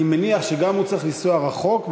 אני מניח שהוא גם צריך לנסוע רחוק,